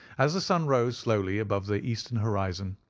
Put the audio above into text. as the sun rose slowly above the eastern horizon,